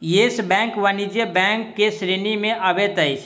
yes bank वाणिज्य bank के श्रेणी में अबैत अछि